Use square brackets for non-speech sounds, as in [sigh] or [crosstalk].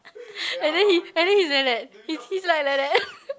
[breath] and then he and then he's like that his his like like that [laughs]